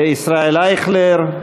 ישראל אייכלר,